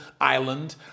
island